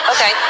Okay